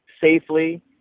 safely